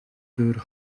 deur